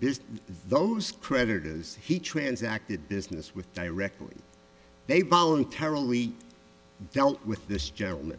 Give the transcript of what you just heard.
because those creditors he transacted business with directly they voluntarily dealt with this gentleman